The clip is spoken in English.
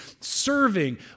Serving